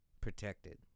protected